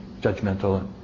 judgmental